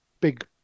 big